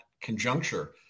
conjuncture